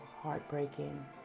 heartbreaking